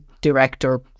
director